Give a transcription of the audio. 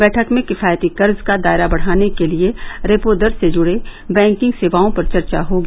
बैठक में किफायती कर्ज का दायरा बढ़ाने के लिये रेपो दर से जुड़े बैंकिंग सेवाओं पर चर्चा होगी